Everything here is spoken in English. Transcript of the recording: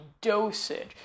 dosage